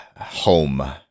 Home